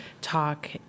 talk